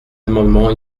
amendements